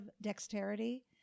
dexterity